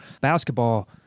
basketball